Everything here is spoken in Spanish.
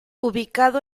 ubicado